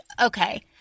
okay